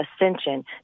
ascension